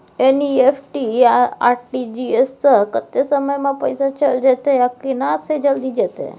NEFT आ RTGS स कत्ते समय म पैसा चैल जेतै आ केना से जल्दी जेतै?